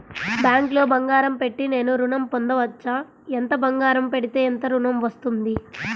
బ్యాంక్లో బంగారం పెట్టి నేను ఋణం పొందవచ్చా? ఎంత బంగారం పెడితే ఎంత ఋణం వస్తుంది?